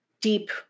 deep